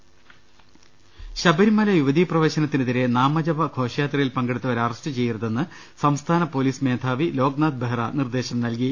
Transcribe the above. ദരവ്ട്ട്ട്ട്ട്ട്ട്ട്ട ശബരിമല യുവതീ പ്രവേശനത്തിനെതിരെ നാമജപ ഘോഷയാത്രകളിൽ പങ്കെടുത്തവരെ അറസ്റ്റ് ചെയ്യരുതെന്ന് സംസ്ഥാന പൊലീസ് മേധാവി ലോക്നാഥ് ബെഹ്റ നിർദ്ദേശം നൽകി